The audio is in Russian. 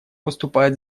выступает